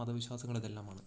മതവിശ്വാസങ്ങളിതെല്ലാമാണ്